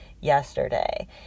yesterday